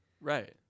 Right